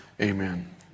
Amen